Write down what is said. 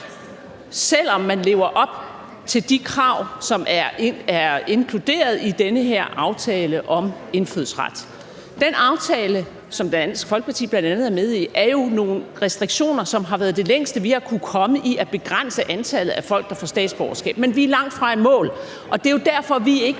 selv om ansøgeren lever op til de krav, som er inkluderet i den her aftale om indfødsret. Den aftale, som Dansk Folkeparti bl.a. er med i, indebærer jo nogle restriktioner, som har været det længste, vi har kunnet komme i at begrænse antallet af folk, der får statsborgerskab; men vi er langtfra i mål. Og det er jo derfor, vi ikke